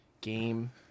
game